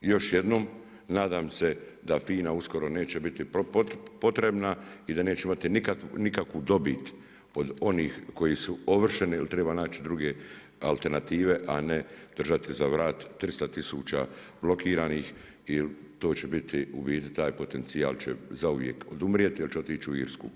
Još jednom, nadam se da FINA uskoro neće biti potrebna i da nećemo imati nikakvu dobit od onih koji su ovršeni, jer treba naći druge alternative, a ne držati za vrat 300000 blokiranih jer to će biti u biti taj potencijal će zauvijek odumrijeti jer će otići u Irsku.